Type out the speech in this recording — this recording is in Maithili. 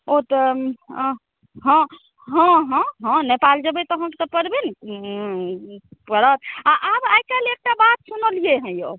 ओ तऽ हँ हँ नेपाल जेबै तहन तऽ करबे ने पड़त आब आइकाल्हि एकटा बात सुनलिए हँ यौ